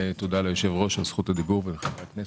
תודה ליושב-ראש על זכות הדיבור, ולחברי הכנסת.